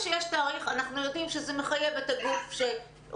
אבל ברגע שיש תאריך אנחנו יודעים שזה מחייב את הגוף שרוצה